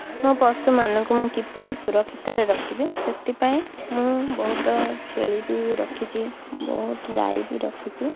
ମୋ ପଶୁମାନଙ୍କୁ ମୁଁ କିପରି ସୁରକ୍ଷିତରେ ରଖିବି ସେଥିପାଇଁ ମୁଁ ବହୁତ ଛେଳି ବି ରଖିଛି ବହୁତ ଗାଈ ବି ରଖିଛି